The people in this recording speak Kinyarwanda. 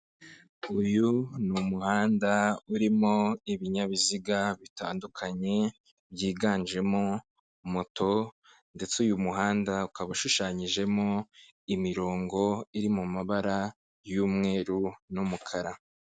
Uyu ni umuhanda urimo ibinyabiziga bitandukanye, byiganjemo moto, ndetse uyu muhanda ukaba ushushanyijemo imirongo iri mu mabara y'umweru n'umukara.